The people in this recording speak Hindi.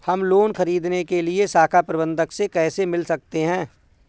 हम लोन ख़रीदने के लिए शाखा प्रबंधक से कैसे मिल सकते हैं?